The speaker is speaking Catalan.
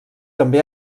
també